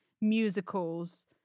musicals